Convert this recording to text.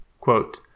quote